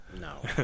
no